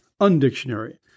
undictionary